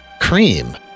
cream